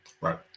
right